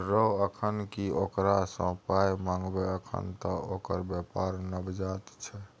रौ अखन की ओकरा सँ पाय मंगबै अखन त ओकर बेपार नवजात छै